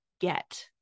get